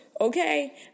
Okay